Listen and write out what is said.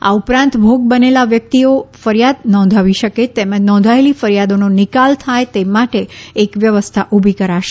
આ ઉપરાંત ભોગ બનેલા વ્યક્તિઓ ફરિયાદ નોંધાવી શકે તેમજ નોંધાયેલી ફરિયાદોનો નિકાલ થાય તે માટે એક વ્યવસ્થા ઊભી કરાશે